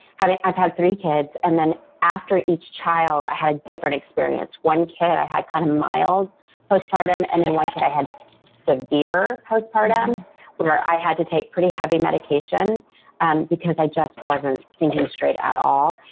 i've had three kids. and then after each child, i had a different experience. one kid, i had kind of mild postpartum and then one kid, i had severe postpartum where i had to take pretty heavy medication and because i just wasn't thinking straight at all.